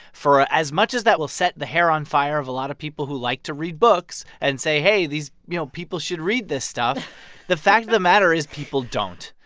for as much as that will set the hair on fire of a lot of people who like to read books and say, hey, these you know, people should read this stuff the fact of the matter is people don't,